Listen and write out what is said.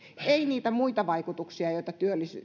ei niitä muita vaikutuksia joita